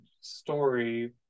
story